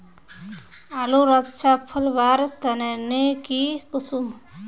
आलूर अच्छा फलवार तने नई की करूम?